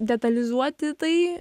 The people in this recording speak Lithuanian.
detalizuoti tai